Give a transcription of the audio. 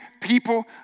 people